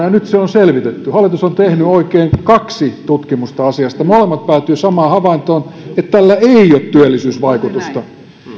ja nyt se on selvitetty hallitus on tehnyt oikein kaksi tutkimusta asiasta molemmat päätyvät samaan havaintoon että tällä ei ole työllisyysvaikutusta